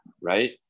Right